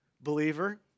Believer